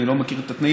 אני לא מכיר את התנאים,